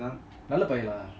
நல்ல பையன்ல:nalla paiyanla